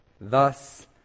Thus